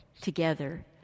together